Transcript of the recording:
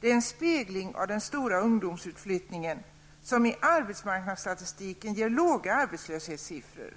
Det är en spegling av den stora ungdomsutflyttningen, som i arbetsmarknadsstatistiken ger låga arbetslöshetssiffror.